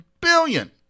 billion